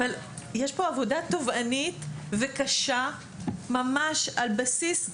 אבל יש פה עבודה תובענית וקשה ממש על בסיס רגע-רגע.